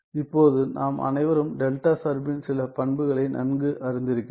இப்போது நாம் அனைவரும் டெல்டா சார்பின் சில பண்புகளை நன்கு அறிந்திருக்கிறோம்